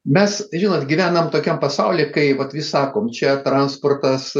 mes žinot gyvenam tokiam pasauly kai vat vis sakom čia transportas